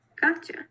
Gotcha